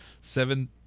seven